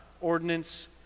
ordinance